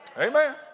Amen